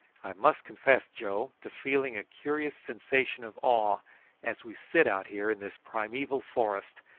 i must confess, joe, to feeling a curious sensation of awe as we sit out here in this primeval forest,